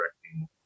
directing